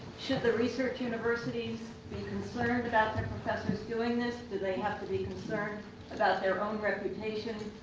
should the research universities be concerned about their professors doing this? do they have to be concerned about their own reputation,